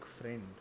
friend